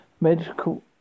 Medical